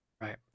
Right